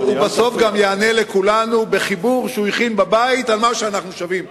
הוא בסוף גם יענה לכולנו בחיבור שהוא הכין בבית על מה שאנחנו שווים.